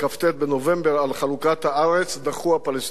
בנובמבר על חלוקת הארץ דחו הפלסטינים.